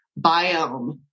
biome